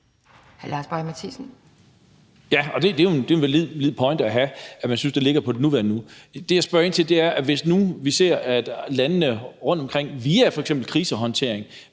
Ja, og det er jo en valid pointe at have, altså at man synes, at den ligger godt på det nuværende niveau. Det, jeg spørger ind til, er, at hvis nu vi ser, at landene rundtomkring via f.eks. krisehåndtering